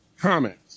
comments